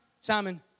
Simon